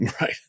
Right